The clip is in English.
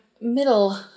middle